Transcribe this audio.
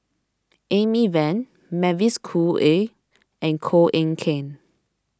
Amy Van Mavis Khoo Oei and Koh Eng Kian